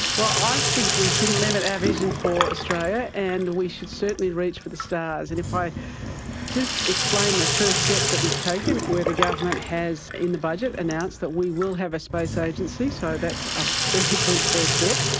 well, i think we shouldn't limit our vision for australia and we should certainly reach for the stars. and if i just explain the first step that we've taken where the government has in the budget announced that we will have a space agency, so that's a very good first step,